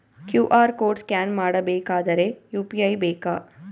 QR code scan ಮಾಡಬೇಕಾದರೆ UPI ಬೇಕಾ?